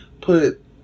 put